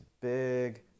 big